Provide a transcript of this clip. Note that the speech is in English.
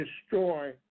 destroy